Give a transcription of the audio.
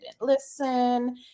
listen